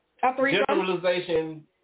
generalization